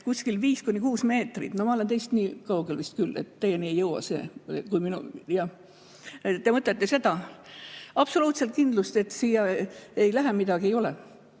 et kuskil viis kuni kuus meetrit, no ma olen teist nii kaugel vist küll, et teieni ei jõua see. Te mõtlete seda? Absoluutset kindlust, et siia ei lähe midagi, ei ole.